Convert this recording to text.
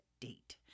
date